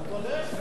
הוא צודק,